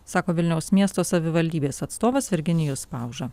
sako vilniaus miesto savivaldybės atstovas virginijus pauža